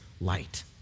light